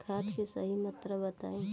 खाद के सही मात्रा बताई?